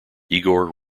igor